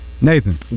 Nathan